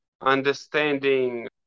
understanding